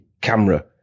camera